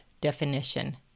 definition